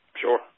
Sure